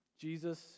Jesus